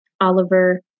Oliver